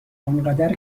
انقدر